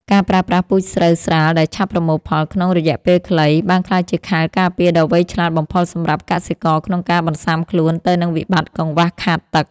ការប្រើប្រាស់ពូជស្រូវស្រាលដែលឆាប់ប្រមូលផលក្នុងរយៈពេលខ្លី បានក្លាយជាខែលការពារដ៏វៃឆ្លាតបំផុតសម្រាប់កសិករក្នុងការបន្ស៊ាំខ្លួនទៅនឹងវិបត្តិកង្វះខាតទឹក។